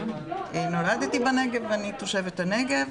נולדתי בנגב ואני תושבת הנגב